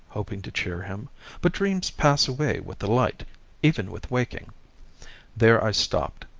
hoping to cheer him but dreams pass away with the light even with waking there i stopped,